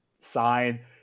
sign